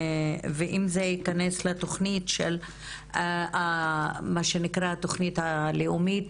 ואם זה ייכנס לתוכנית שנקראת התוכנית הלאומית